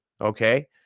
Okay